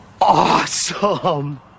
awesome